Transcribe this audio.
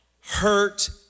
hurt